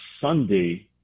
Sunday